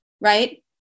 Right